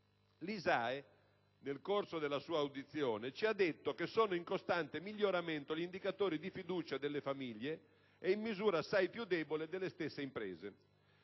L'ISAE, nel corso della sua audizione, ci ha detto che sono in costante miglioramento gli indicatori di fiducia delle famiglie e, in misura assai più debole, quelli delle stesse imprese.